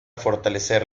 fortalecer